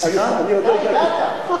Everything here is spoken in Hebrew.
הוא עוד בדרך.